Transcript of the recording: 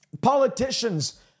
Politicians